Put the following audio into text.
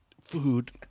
food